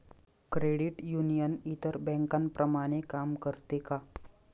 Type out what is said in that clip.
Credit union इतर बँकांप्रमाणे काम करते का?